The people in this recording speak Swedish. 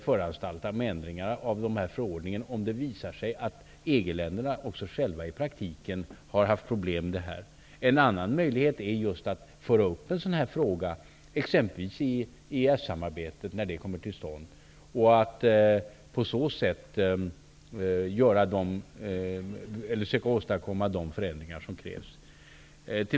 Om också EG-länderna själva i praktiken har haft problem kan man föranstalta ändringar av förordningen. För det andra finns möjligheten att föra upp en sådan här fråga exempelvis i samband med EES samarbetet när detta kommer till stånd. På så sätt kan man försöka åstadkomma de förändringar som krävs.